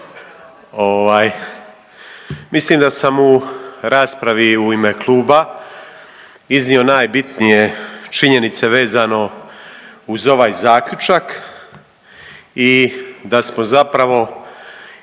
Mislim da sam u raspravi u ime kluba iznio najbitnije činjenice vezano uz ovaj zaključak i da smo zapravo